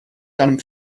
deinem